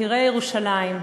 יקירי ירושלים,